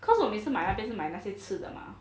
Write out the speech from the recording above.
cause 买那边就是买那些吃的 mah